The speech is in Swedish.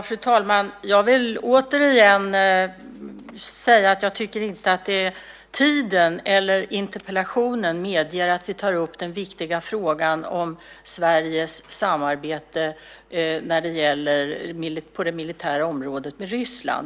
Fru talman! Jag vill återigen säga att jag inte tycker att tiden eller interpellationen medger att vi tar upp den viktiga frågan om Sveriges samarbete på det militära området med Ryssland.